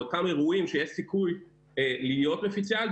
או כמה אירועים שיש סיכוי להיות מפיצי על,